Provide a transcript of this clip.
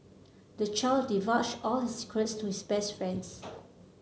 the child divulged all his secrets to his best friends